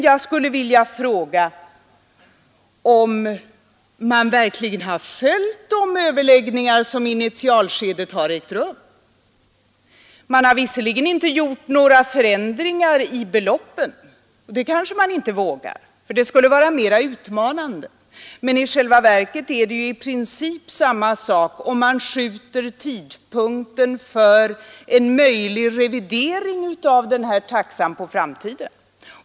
Jag skulle vilja fråga om man har följt de överläggningar som i initialskedet har ägt rum. Man har visserligen inte gjort några förändringar i beloppen — och det kanske man inte vågar, för det skulle vara mera utmanande. Men i själva verket är det i princip samma sak om man skjuter tidpunkten för en möjlig revidering av taxan på framtiden.